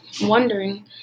wondering